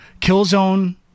Killzone